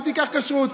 אל תיקח כשרות.